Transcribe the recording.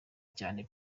cyane